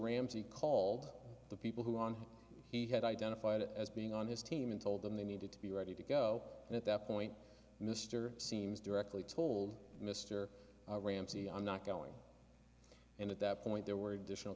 ramsey called the people who are he had identified as being on his team and told them they needed to be ready to go and at that point mr seems directly told mr ramsey i'm not going and at that point there were additional